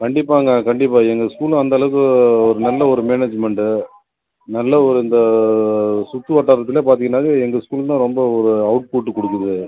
கண்டிப்பாங்க கண்டிப்பாக எங்கள் ஸ்கூலும் அந்தளவுக்கு ஒரு நல்ல ஒரு மேனேஜ்மெண்டு நல்ல ஒரு இந்த சுற்றுவட்டாரத்திலேயே பார்த்தீங்கனா எங்கள் ஸ்கூல் தான் ரொம்ப ஒரு அவுட்புட் கொடுக்குது